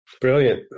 Brilliant